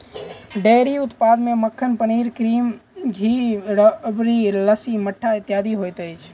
dairy उत्पाद मे मक्खन, पनीर, क्रीम, घी, राबड़ी, लस्सी, मट्ठा इत्यादि होइत अछि